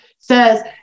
says